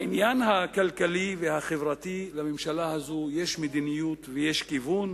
בעניין הכלכלי והחברתי לממשלה הזאת יש מדיניות ויש כיוון.